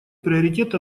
приоритет